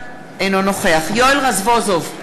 אינו נוכח יואל רזבוזוב,